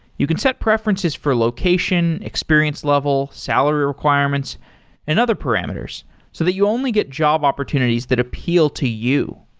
you can set preferences for location, experience level, salary requirements and other parameters so that you only get job opportunities that appeal to you.